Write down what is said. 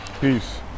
Peace